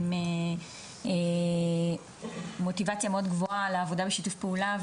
עם מוטיבציה מאוד גבוהה לעבודה בשיתוף פעולה,